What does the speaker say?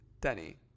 denny